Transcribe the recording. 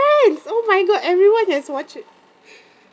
friends oh my god everyone has watch it